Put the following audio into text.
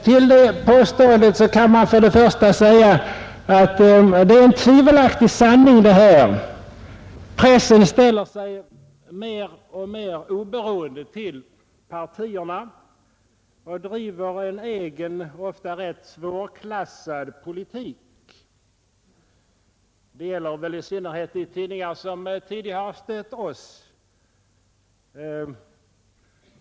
Med anledning av det påståendet kan för det första sägas att det är en tvivelaktig sanning. Pressen ställer sig mer och mer oberoende till partierna och driver en egen, ofta rätt svårklassad politik. Det gäller väl i synnerhet de tidningar som tidigare har stött oss.